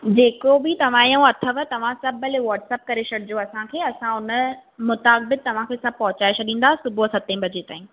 जेको बि तव्हांजो अथव तव्हां सभु भले व्हॉट्सप करे छॾिजो असांखे असां हुन मुताबिक़ तव्हांखे सभु पहुचाए छॾींदा सुबुहु सते बजे ताईं